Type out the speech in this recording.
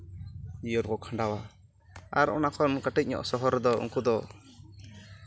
ᱡᱤᱭᱚᱱ ᱠᱷᱚᱱ ᱠᱷᱟᱱᱰᱟᱣᱟ ᱟᱨ ᱚᱱᱟ ᱠᱷᱚᱱ ᱠᱟᱹᱴᱤᱡ ᱧᱚᱜ ᱥᱚᱦᱚᱨ ᱨᱮᱫᱚ ᱩᱱᱠᱩ